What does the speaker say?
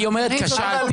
היא אומרת "כשלתי".